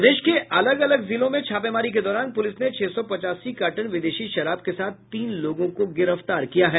प्रदेश के अलग अलग जिलों में छापेमारी के दौरान पुलिस ने छह सौ पचासी कार्टन विदेशी शराब के साथ तीन लोगों को गिरफ्तार किया है